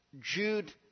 Jude